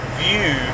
view